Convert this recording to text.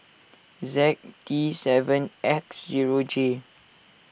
Z T seven X zero J